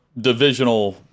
divisional